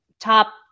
Top